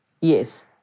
Yes